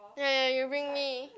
ya ya you bring me